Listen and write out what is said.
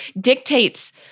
dictates